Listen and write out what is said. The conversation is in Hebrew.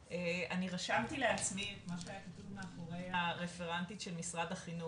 אני רשמתי לעצמי את מה שהיה כתוב מאחורי הרפרנטית של משרד החינוך.